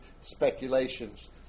speculations